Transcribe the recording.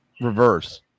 Reverse